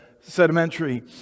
sedimentary